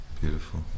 Beautiful